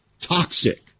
toxic